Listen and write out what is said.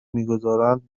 میگذارند